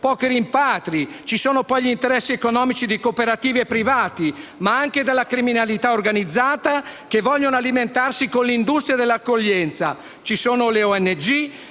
pochi rimpatri; ci sono poi gli interessi economici di cooperative e private, ma anche della criminalità organizzata, che vogliono alimentarsi con l'industria dell'accoglienza. Ci sono le ONG,